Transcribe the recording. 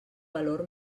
valor